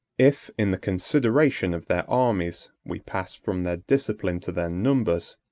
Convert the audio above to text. if, in the consideration of their armies, we pass from their discipline to their numbers,